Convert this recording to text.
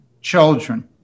children